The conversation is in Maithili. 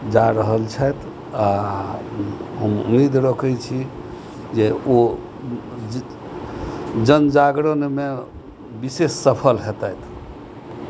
जा रहल छैशथि आ हम उम्मीद रखै छी जे ओ जन जागरणमे विशेष सफल हेतैथ